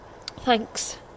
Thanks